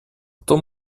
кто